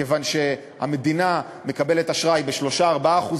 כיוון שהמדינה מקבלת אשראי ב-3% 4%,